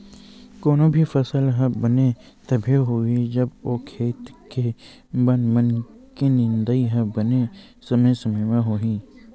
कोनो भी फसल ह बने तभे होही जब ओ खेत के बन मन के निंदई ह बने समे समे होही